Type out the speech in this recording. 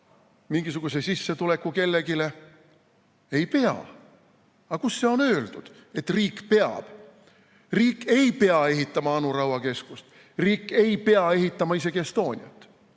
mingisuguse sissetuleku kellelegi. Ei pea! Kus on öeldud, et riik peab? Riik ei pea ehitama Anu Raua keskust, riik ei pea ehitama isegi Estoniat.